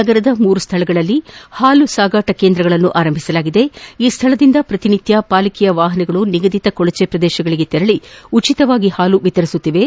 ನಗರದ ಮೂರು ಸ್ಥಳಗಳಲ್ಲಿ ಹಾಲು ಸಾಗಾಟ ಕೇಂದ್ರಗಳನ್ನು ಆರಂಭಿಸಲಾಗಿದೆ ಈ ಸ್ಥಳದಿಂದ ಪ್ರತಿನಿತ್ಯ ಪಾಲಿಕೆಯ ವಾಹನಗಳು ನಿಗದಿತ ಕೊಳಚೆ ಪ್ರದೇಶಗಳಿಗೆ ತೆರಳಿ ಉಚಿತವಾಗಿ ಹಾಲು ವಿತರಿಸುತ್ತಿವೆ